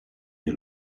nie